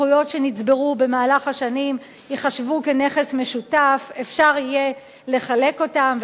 שזכויות שנצברו במהלך השנים ייחשבו נכס משותף ויהיה אפשר לחלק אותן,